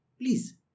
Please